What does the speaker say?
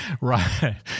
Right